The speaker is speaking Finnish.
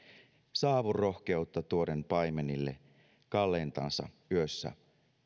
saavu rohkeutta tuoden paimenille kalleintansa yössä